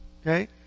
Okay